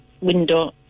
window